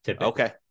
okay